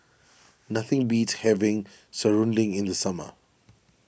nothing beats having Serunding in the summer